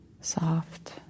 soft